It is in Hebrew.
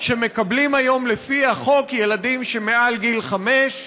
שמקבלים היום לפי החוק ילדים מעל גיל חמש.